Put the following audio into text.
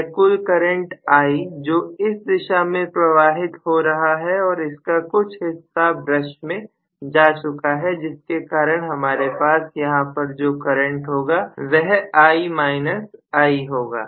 यह कुल current I जो इस दिशा में प्रवाहित हो रहा है और इसका कुछ हिस्सा ब्रश में जा चुका है जिसके कारण हमारे पास यहां पर जो करंट होगा वह I i होगा